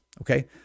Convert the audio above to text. okay